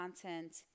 content